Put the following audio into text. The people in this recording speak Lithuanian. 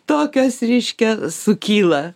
tokios reiškia sukyla